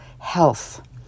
health